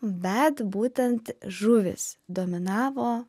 bet būtent žuvys dominavo